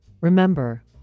Remember